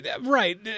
Right